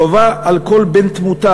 חובה על כל בן-תמותה,